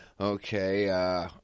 okay